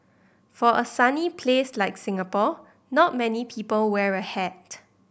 for a sunny place like Singapore not many people wear a hat